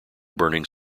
burning